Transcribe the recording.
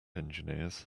engineers